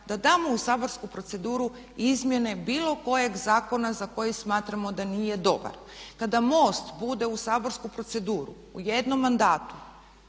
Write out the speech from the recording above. da damo u saborsku proceduru izmjene bilo kojeg zakona za koji smatramo da nije dobar. Kada MOST bude u saborsku proceduru u jednom mandatu,